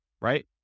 right